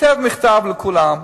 כותב מכתב לכולם,